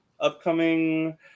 upcoming